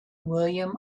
william